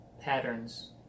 patterns